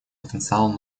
потенциал